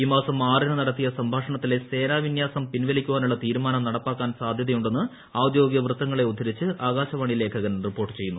ഈ മാസം ആറിന് നടത്തിയ സംഭാഷണത്തിലെ സേനാവിന്യാസം പിൻവലിക്കാനുള്ള തീരുമാനം നടപ്പാക്കാൻ സാധ്യതയുണ്ടെന്ന് ഔദ്യോഗിക വൃത്തങ്ങളെ ഉദ്ധരിച്ച് ആകാശവാണി ലേഖകൻ റിപ്പോർട്ട് ചെയ്യുന്നു